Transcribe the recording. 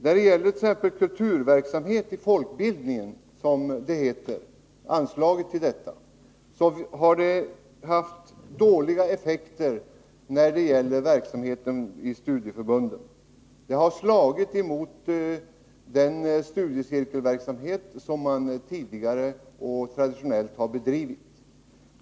Anslaget till exempelvis kulturverksamhet i folkbildningen, som det heter, har haft dåliga effekter på verksamheten i studieförbunden. Det har slagit mot den studiecirkelverksamhet som man tidigare och traditionellt har bedrivit.